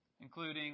including